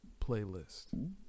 playlist